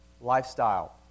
lifestyle